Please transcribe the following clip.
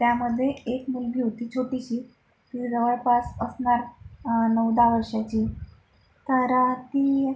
त्यामध्ये एक मुलगी होती छोटीशी ती जवळपास असणार नऊ दहा वर्षाची तर ती